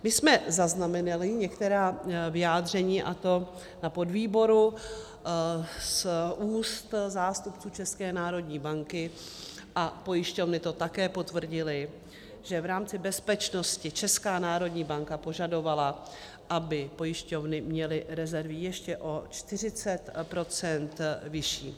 My jsme zaznamenali některá vyjádření, a to na podvýboru, z úst zástupců České národní banky, a pojišťovny to také potvrdily, že v rámci bezpečnosti Česká národní banka požadovala, aby pojišťovny měly rezervy ještě o 40 % vyšší.